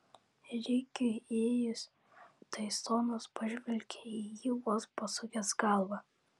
rikiui įėjus taisonas pažvelgė į jį vos pasukęs galvą